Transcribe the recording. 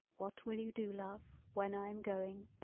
what will you do, love, when i am going.